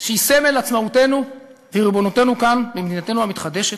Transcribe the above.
שהיא סמל עצמאותנו וריבונותנו כאן במדינתנו המתחדשת,